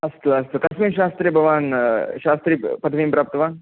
अस्तु अस्तु कस्मिन् शास्त्रे भवान् शास्त्रिपदवीं प्राप्तवान्